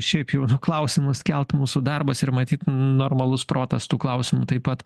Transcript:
šiaip jau klausimus kelt mūsų darbas ir matyt normalus protas tų klausimų taip pat